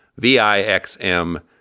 VIXM